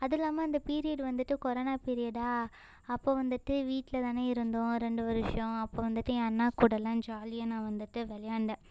அதுவும் இல்லாமல் அந்த பீரியட் வந்துட்டு கொரோனா பீரியடா அப்போ வந்துட்டு வீட்டில தானே இருந்தோம் ரெண்டு வருஷம் அப்போ வந்துட்டு என் அண்ணா கூடலாம் ஜாலியாக நான் வந்துட்டு விளையாண்டேன்